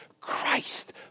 Christ